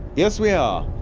yes we are